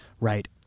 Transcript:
right